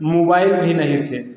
mobile भी नहीं थे